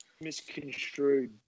misconstrued